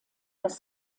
das